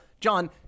John